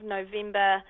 November